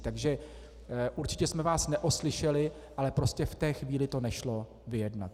Takže určitě jsme vás neoslyšeli, ale prostě v té chvíli to nešlo vyjednat.